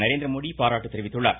நரேந்திரமோடி பாராட்டு தெரிவித்துள்ளார்